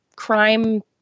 Crime